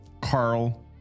Carl